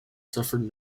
suffered